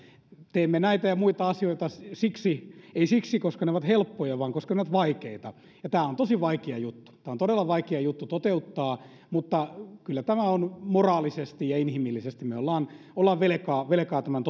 teemme näitä ja muita asioita ei siksi koska ne ovat helppoja vaan koska ne ovat vaikeita ja tämä on tosi vaikea juttu tämä on todella vaikea juttu toteuttaa mutta kyllä tämä on moraalisesti ja inhimillisesti me olemme velkaa velkaa tämän